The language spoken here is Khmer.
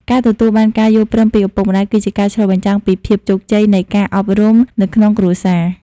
ការទទួលបានការយល់ព្រមពីឪពុកម្ដាយ គឺជាការឆ្លុះបញ្ចាំងពីភាពជោគជ័យនៃការអប់រំនៅក្នុងគ្រួសារ។